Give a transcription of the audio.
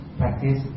practice